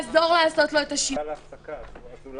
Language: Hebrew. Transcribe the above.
ד"ר עמיר פוקס, המכון הישראלי לדמוקרטיה, בבקשה.